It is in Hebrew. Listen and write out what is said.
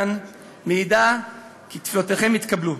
עצם העמידה שלי כאן מעידה כי תפילותיכם התקבלו.